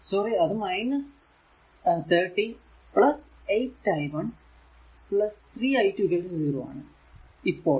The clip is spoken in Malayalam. സോറി അത് 30 8 i 1 3 i2 0 ആണ് ഇപ്പോൾ